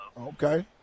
Okay